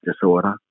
disorder